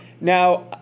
Now